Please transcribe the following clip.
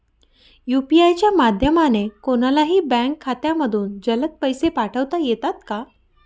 UPI च्या माध्यमाने कोणलाही बँक खात्यामधून जलद पैसे पाठवता येतात का?